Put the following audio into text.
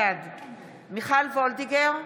בעד מיכל וולדיגר,